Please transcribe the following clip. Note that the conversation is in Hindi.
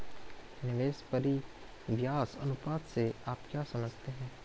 निवेश परिव्यास अनुपात से आप क्या समझते हैं?